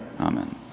Amen